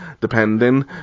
depending